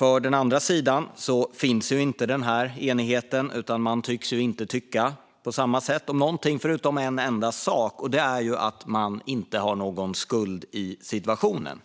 Hos den andra sidan finns ingen sådan enighet. Man verkar inte tycka på samma sätt om någonting utom om en enda sak, och det är att man inte har någon skuld till situationen.